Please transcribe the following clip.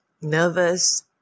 nervous